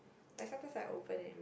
like sometimes I open it and read